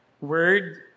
word